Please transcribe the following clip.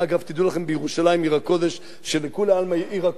תדעו לכם שבירושלים עיר הקודש,